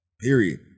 Period